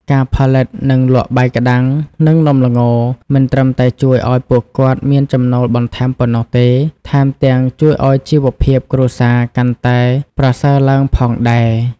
ការផលិត និងលក់បាយក្ដាំង និងនំល្ង មិនត្រឹមតែជួយឲ្យពួកគាត់មានចំណូលបន្ថែមប៉ុណ្ណោះទេ ថែមទាំងជួយឲ្យជីវភាពគ្រួសារកាន់តែប្រសើរឡើងផងដែរ។